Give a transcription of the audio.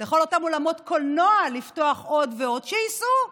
לכל אותם אולמות קולנוע לפתוח עוד ועוד, שייסעו.